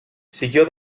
siguió